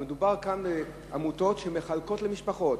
אבל מדובר כאן על עמותות שמחלקות למשפחות.